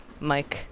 Mike